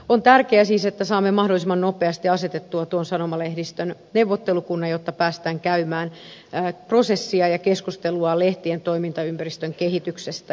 on tärkeä siis että saamme mahdollisimman nopeasti asetettua tuon sanomalehdistön neuvottelukunnan jotta päästään käymään prosessia ja keskustelua lehtien toimintaympäristön kehityksestä